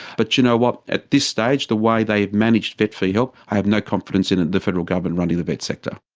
but you know what? at this stage, the way they've managed vet fee-help, i have no confidence in and the federal government running the vet sector.